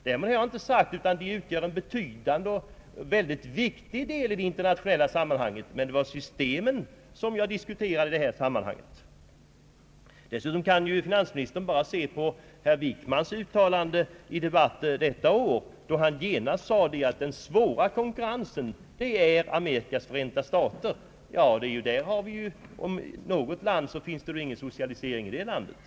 Jag har därmed inte förnekat att de utgör en viktig del i det internationella sammanhanget, men det var systemens konkurrensförmåga jag diskuterade. Dessutom kan finansministern se på herr Wickmans uttalande i debatten detta år, då han sade att den svåraste konkurrensen har vi från Amerikas förenta stater. Det minsta man kan säga är väl att det inte finns någon socialisering i det landet.